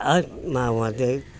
ಹಾಂ ನಾವು ಅದೇ